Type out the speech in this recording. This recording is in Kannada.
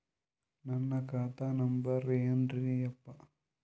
ನನ್ನ ಖಾತಾ ನಂಬರ್ ಏನ್ರೀ ಯಪ್ಪಾ?